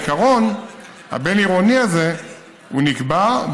העיקרון הבין-עירוני הזה נקבע,